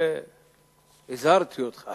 הזהרתי אותך